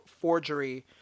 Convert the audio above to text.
forgery